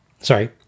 Sorry